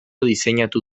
diseinatu